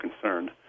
concerned